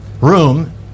room